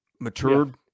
matured